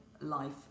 life